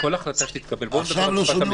כל החלטה שתתקבל בואו נדבר עכשיו על שפת